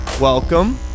Welcome